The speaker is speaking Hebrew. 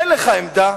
אין לך עמדה?